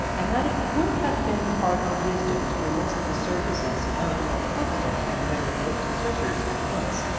and that it would have been the part of wisdom to enlist the services of more competent and better equipped searchers at once,